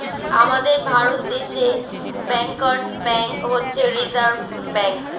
আমাদের ভারত দেশে ব্যাঙ্কার্স ব্যাঙ্ক হচ্ছে রিসার্ভ ব্যাঙ্ক